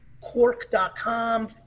cork.com